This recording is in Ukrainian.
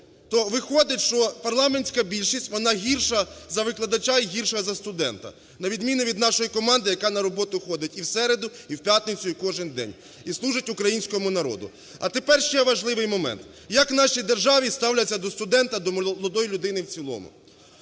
То виходить, що парламентська більшість - вона гірша за викладача і гірша за студента, на відміну від нашої команди, яка на роботу ходить і в середу, і в п'ятницю, і кожен день і служить українському народу. А тепер ще важливий момент. Як в нашій державі ставляться до студента, до молодої людини в цілому?